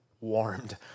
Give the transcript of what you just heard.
warmed